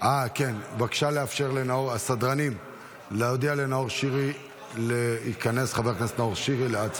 בבקשה להודיע לחבר הכנסת נאור שירי להיכנס להצבעה.